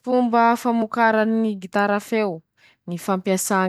Ndreto aby ñy karazany ñy tournevisy noho